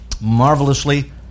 marvelously